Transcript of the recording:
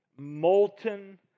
molten